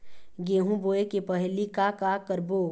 गेहूं बोए के पहेली का का करबो?